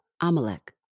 Amalek